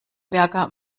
berger